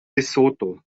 lesotho